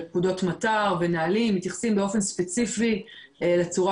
פקודות מטא"ר ונהלים מתייחסים באופן ספציפי לצורה